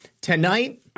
Tonight